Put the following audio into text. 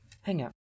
hangout